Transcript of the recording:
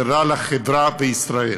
זה רע לחברה בישראל,